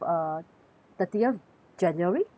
thirtieth january am I right